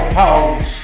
pounds